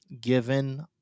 Given